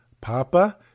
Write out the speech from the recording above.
Papa